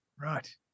Right